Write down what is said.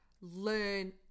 learn